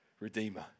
redeemer